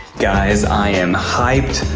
guys i am hyped.